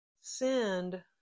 send